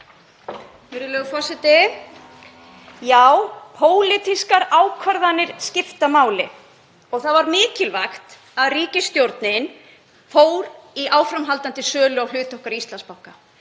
Virðulegur forseti. Já, pólitískar ákvarðanir skipta máli og það var mikilvægt að ríkisstjórnin fór í áframhaldandi sölu á hlut okkar í Íslandsbanka